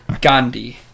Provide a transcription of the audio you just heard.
Gandhi